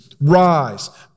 rise